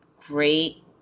great